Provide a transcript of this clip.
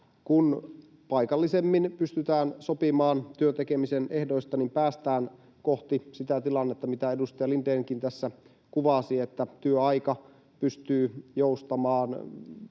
kun paikallisemmin pystytään sopimaan työn tekemisen ehdoista, päästään kohti sitä tilannetta, mitä edustaja Lindénkin tässä kuvasi, että työaika pystyy joustamaan